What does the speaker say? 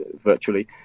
virtually